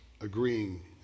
agreeing